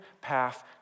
path